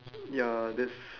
ya there's